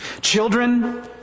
Children